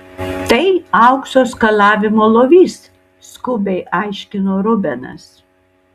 tai aukso skalavimo lovys skubiai aiškino rubenas